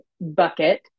bucket